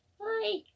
Hi